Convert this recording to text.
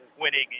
winning